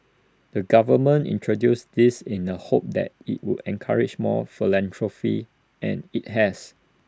the government introduced this in the hope that IT would encourage more philanthropy and IT has